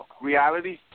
reality